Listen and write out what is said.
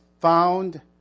found